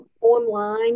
online